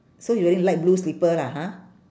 so he wearing light blue slipper lah ha